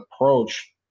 approach